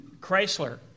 Chrysler